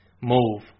move